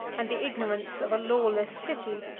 and the ignorance of a lawless city,